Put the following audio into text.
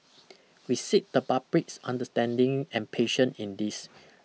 we seek the public's understanding and patience in this